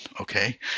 okay